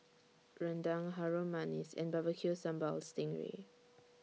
Rendang Harum Manis and Barbecue Sambal Sting Ray